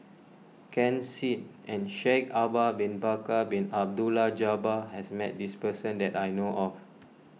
Ken Seet and Shaikh Ahmad Bin Bakar Bin Abdullah Jabbar has met this person that I know of